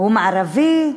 הוא מערבי,